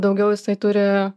daugiau jisai turi